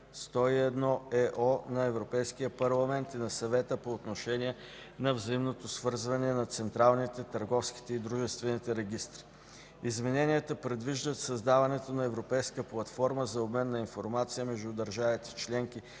2009/101/ЕО на Европейския парламент и на Съвета по отношение на взаимното свързване на централните, търговските и дружествените регистри. Измененията предвиждат създаването на европейска платформа за обмен на информация между държавите – членки